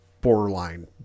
borderline